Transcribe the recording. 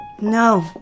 No